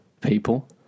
people